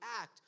act